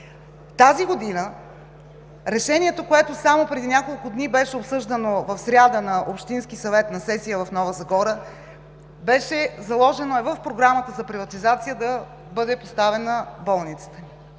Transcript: си. В решението, което само преди няколко дни беше обсъждано – в сряда, на сесия на Общинския съвет в Нова Загора, беше заложено и в Програмата за приватизация да бъде поставена болницата.